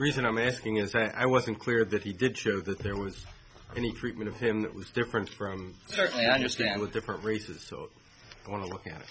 reason i'm asking is that i wasn't clear that he did show that there was any treatment of him that was different from certainly understand with different races so i want to look at